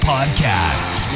Podcast